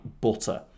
butter